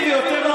בין היתר.